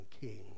king